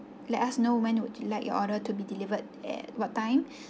let us know when would you like your order to be delivered at what time